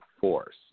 force